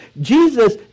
Jesus